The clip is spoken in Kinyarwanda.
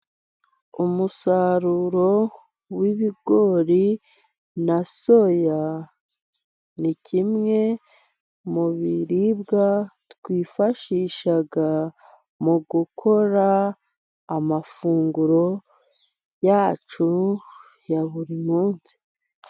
Umusaruro w'ibigori na soya, ni kimwe mu biribwa twifashisha, mu gukora amafunguro yacu ya buri munsi.